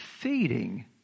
feeding